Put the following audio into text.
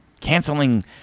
Canceling